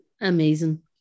Amazing